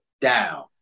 down